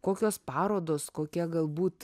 kokios parodos kokia galbūt